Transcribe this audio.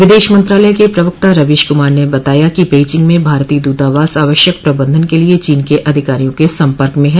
विदेश मंत्रालय के प्रवक्ता रवीश कुमार ने बताया कि पेइचिंग में भारतीय दूतावास आवश्यक प्रबंधन के लिए चीन के अधिकारियों के संपर्क में है